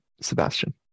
Sebastian